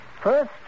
First